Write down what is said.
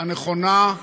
הנכונה,